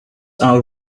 our